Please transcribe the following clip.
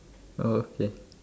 oh okay